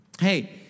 hey